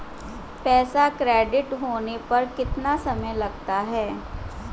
पैसा क्रेडिट होने में कितना समय लगता है?